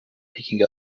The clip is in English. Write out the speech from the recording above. making